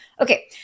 Okay